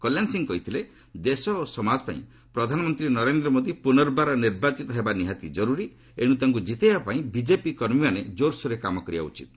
କଲ୍ୟାଣ ସିଂହ କହିଥିଲେ ଦେଶ ଓ ସମାଜ ପାଇଁ ପ୍ରଧାନମନ୍ତ୍ରୀ ନରେନ୍ଦ୍ର ମୋଦି ପୁନର୍ବାର ନିର୍ବାଚିତ ହେବା ନିହାତି କରୁରୀ ଏଣୁ ତାଙ୍କୁ ଜିତାଇବା ପାଇଁ ବିଜେପି କର୍ମୀମାନେ ଜୋରସୋରରେ କାମ କରିବା ଉଚିତ୍